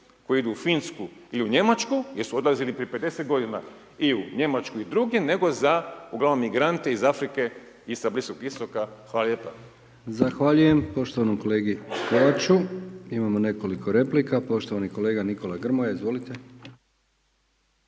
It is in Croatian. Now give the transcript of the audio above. koji idu u Finsku ili u Njemačku jer su odlazili i prije 50 godina i u Njemačku i drugdje, nego za, uglavnom migrante iz Afrike i sa Bliskog Istoka. Hvala lijepa. **Brkić, Milijan (HDZ)** Zahvaljujem poštovanom kolegi Kovaču. Imamo nekoliko replika, poštovani kolega Nikola Grmoja, izvolite.